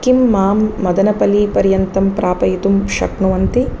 किं मां मदनपल्लीपर्यन्तं प्रापयितुं शक्नुवन्ति